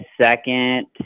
second